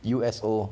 U_S_O